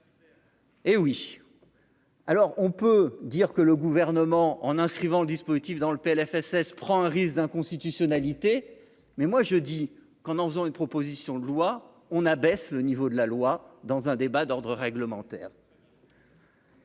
Hé oui, alors on peut dire que le gouvernement en inscrivant le dispositif dans le PLFSS prend un risque d'inconstitutionnalité, mais moi je dis qu'en en faisant une proposition de loi on abaisse le niveau de la loi dans un débat d'ordre réglementaire.